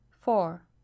four